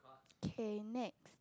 K next